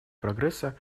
прогресса